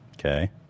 Okay